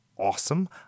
Awesome